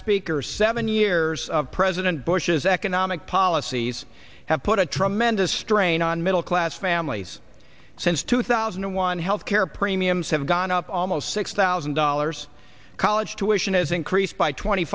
speaker seven years of president bush's economic policy you have put a tremendous strain on middle class families since two thousand and one health care premiums have gone up almost six thousand dollars college tuition has increased by twenty